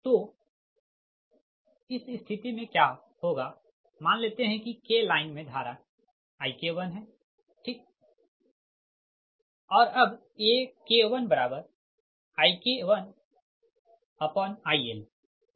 तो इस स्थिति में क्या होगा मान लेते है कि K लाइन में धारा IK1 है ठीक और अब AK1IK1ILपरिभाषित करते है